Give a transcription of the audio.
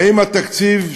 האם התקציב שמוצע,